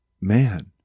Man